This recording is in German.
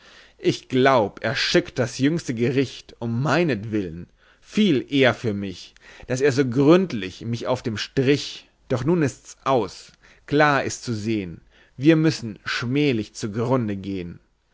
ich glaub er schickt das jüngste gericht um meinetwill'n viel ehre für mich daß er so gründlich mich auf dem strich doch nun ist's aus klar ist's zu sehn wir müssen schmählich zu grunde gehn